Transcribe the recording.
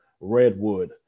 Redwood